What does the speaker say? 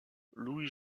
louis